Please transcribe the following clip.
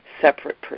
separate